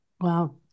Wow